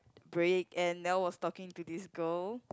break and Niel was talking to this girl